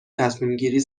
تصمیمگیری